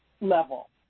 level